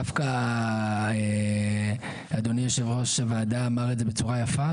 דווקא אדוני יושב-ראש הוועדה אמר את זה בצורה יפה,